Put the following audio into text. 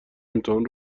امتحان